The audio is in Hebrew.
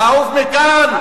תעוף מכאן.